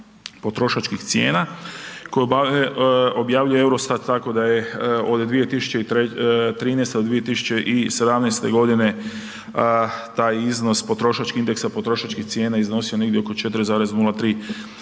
potrošačkih cijena koje objavljuje Eurostat tako da je od 2013. do 2017. g. taj iznos, potrošački indeksa potrošačkih cijena iznosio negdje oko 4,03%